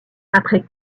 après